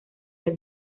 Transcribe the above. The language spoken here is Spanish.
del